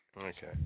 Okay